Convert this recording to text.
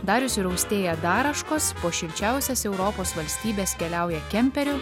darius ir austėja daraškos po šilčiausias europos valstybes keliauja kemperiu